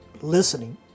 listening